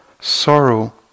sorrow